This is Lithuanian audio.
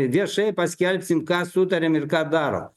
viešai paskelbsim ką sutariam ir ką daro